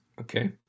okay